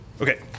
Okay